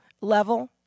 level